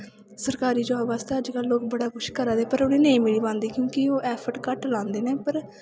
सरकारी जाब आस्तै अज्ज कल लोग बड़ा किश करा दे पर उ'नें नेईं मिली पांदी क्योंकि ओह् ऐफर्ट घट्ट लांदे न पर